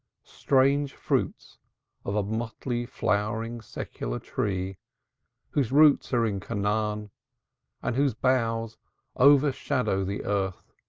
strange fruits of a motley-flowering secular tree whose roots are in canaan and whose boughs overshadow the earth,